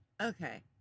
Okay